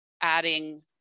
adding